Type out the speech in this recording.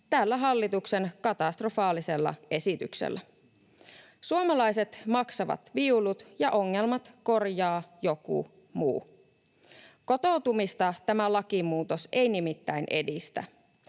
tällä hallituksen katastrofaalisella esityksellä. Suomalaiset maksavat viulut, ja ongelmat korjaa joku muu. Kotoutumista tämä lakimuutos ei nimittäin edistä.